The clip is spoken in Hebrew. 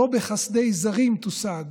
לא בחסדי זרים תושג